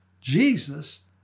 Jesus